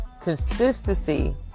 consistency